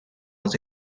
was